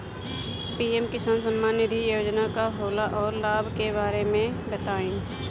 PM किसान सम्मान निधि योजना का होला औरो लाभ के बारे में बताई?